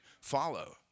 follow